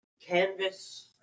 canvas